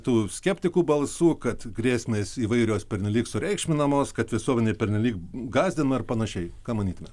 tų skeptikų balsų kad grėsmės įvairios pernelyg sureikšminamos kad visuomenė pernelyg gąsdinama ir panašiai ką manytume